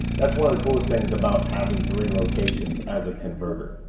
that's one of the coolest things about having three locations as a converter.